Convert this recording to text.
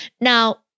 Now